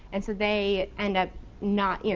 and so they end up not. you know